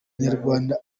nyarwanda